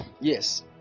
Yes